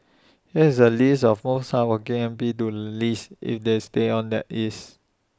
here's A list of most hardworking M P to least if they stay on that is